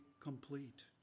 complete